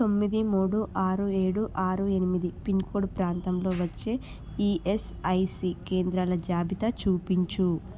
తొమ్మిది మూడు ఆరు ఏడు ఆరు ఎనిమిది పిన్కోడ్ ప్రాంతంలో వచ్చే ఈఎస్ఐసి కేంద్రాల జాబితా చూపించు